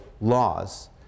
laws